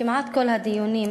כמעט כל הדיונים,